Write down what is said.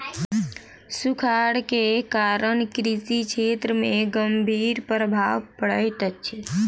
सूखाड़ के कारण कृषि क्षेत्र में गंभीर प्रभाव पड़ैत अछि